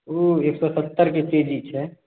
ओ एक सए पचहत्तर के केजी छै